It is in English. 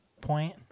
point